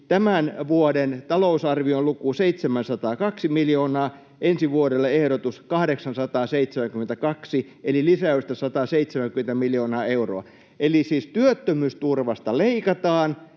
tämän vuoden talousarvion luku on 702 miljoonaa, ensi vuodelle ehdotus 872, eli lisäystä 170 miljoonaa euroa. Eli siis työttömyysturvasta leikataan